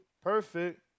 Perfect